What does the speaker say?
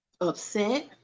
upset